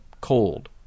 cold